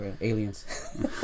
Aliens